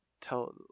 tell